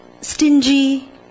stingy